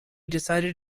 decided